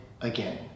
again